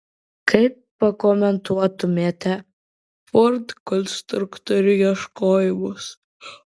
kaip pakomentuotumėte ford konstruktorių ieškojimus